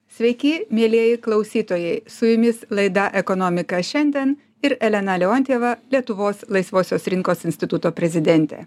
sveiki mielieji klausytojai su jumis laida ekonomika šiandien ir elena leontjeva lietuvos laisvosios rinkos instituto prezidentė